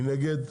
מי נגד?